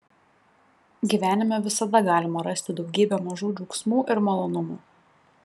gyvenime visada galima rasti daugybę mažų džiaugsmų ir malonumų